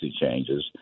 changes